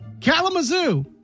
Kalamazoo